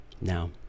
Now